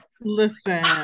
Listen